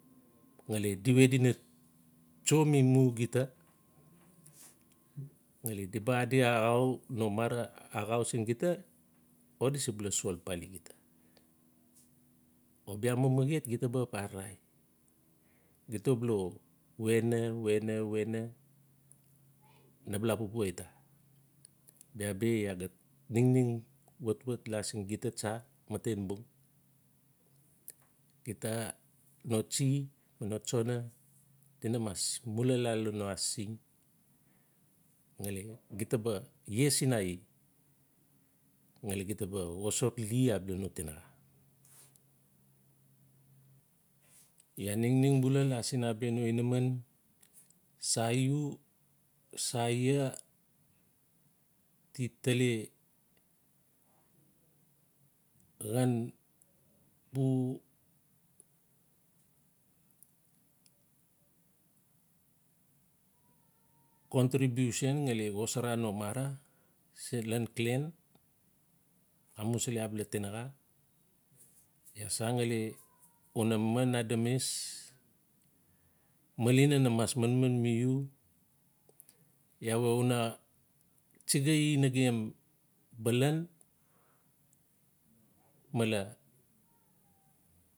ngali di we di na tso mi gita ngali di ba ado axau, no mara axau sin gita o di sebula sol papali gita. o bia manmaet xida ba xap ararai. Gita balo wena. wena. wena na ba la pupua ita? Bia bi ia ga ningning watwat la siin gita tsa, maten bunggita no tsi, notsana, gita na mas mula la lan no asising ngali gita ba ie sinae. Ngali gita ba xosar li abia no tinaxa. Iaa ningning bula la siin abia no inaman sa iu, sa ia, ti tale xhan pu contribution ngali xosara no mara sin khan clan amusili abala tinaba. Iaa san ngali una man ademis, malina na mas manman mi iu, iaa we una tsigai nagem balan mal